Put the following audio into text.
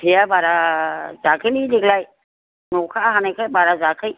फिथाइआ बारा जायाखैलै देग्लाय अखा हानायखाय बारा जायाखै